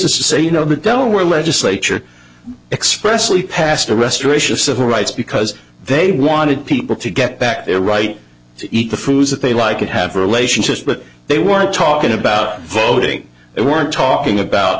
basis to say you know the delaware legislature expressly passed a restoration of civil rights because they wanted people to get back their right to eat the foods that they like and have relationships but they weren't talking about voting they weren't talking about